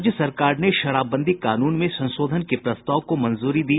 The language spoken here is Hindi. राज्य सरकार ने शराबबंदी कानून में संशोधन के प्रस्ताव को मंजूरी दी